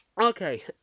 Okay